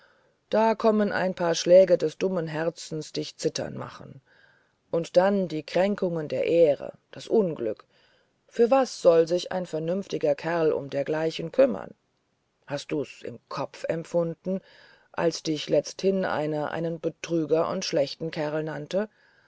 da konnten ein paar schläge des dummen herzens dich zittern machen und dann die kränkungen der ehre das unglück für was soll sich ein vernünftiger kerl um dergleichen bekümmern hast du's im kopf empfunden als dich letzthin einer einen betrüger und schlechten kerl nannte